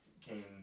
came